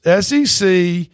SEC